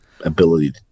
ability